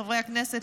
חברי הכנסת,